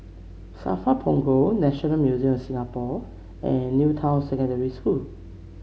Safra Punggol National Museum of Singapore and New Town Secondary School